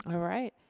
um right.